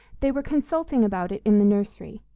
they were consulting about it in the nursery.